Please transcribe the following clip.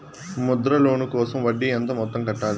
Mudra loan కోసం వడ్డీ ఎంత మొత్తం కట్టాలి